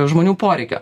žmonių poreikio